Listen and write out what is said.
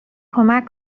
کمک